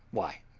why,